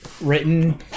written